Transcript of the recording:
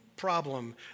problem